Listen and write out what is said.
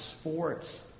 sports